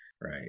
right